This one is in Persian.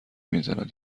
میزند